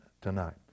tonight